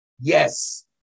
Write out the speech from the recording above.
yes